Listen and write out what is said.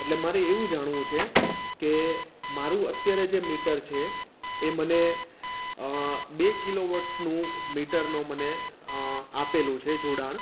એટલે મારે એવું જાણવું છે કે મારું અત્યારે જે મીટર છે એ મને બે કિલો વોટનું મીટરનો મને આપેલો છે જોડાણ